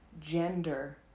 gender